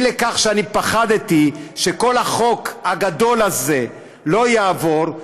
מכיוון שאני פחדתי שכל החוק הגדול הזה לא יעבור,